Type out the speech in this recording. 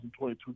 2022